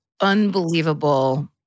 unbelievable